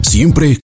Siempre